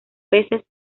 peces